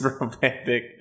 romantic